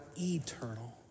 eternal